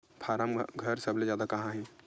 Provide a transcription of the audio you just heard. form घर सबले जादा कहां हे